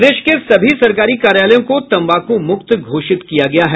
प्रदेश के सभी सरकारी कार्यालयों को तम्बाकू मुक्त घोषित किया गया है